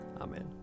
Amen